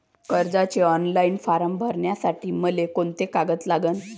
कर्जाचे online form भरासाठी मले कोंते कागद लागन?